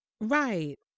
Right